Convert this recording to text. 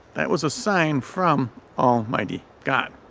that was a sign from almighty god.